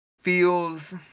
feels